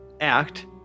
act